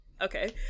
okay